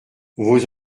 vos